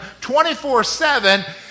24-7